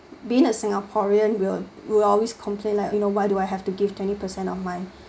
being a singaporean will will always complain like you know why do I have to give twenty percent of my